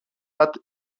hat